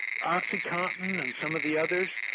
oxycontin and some of the others,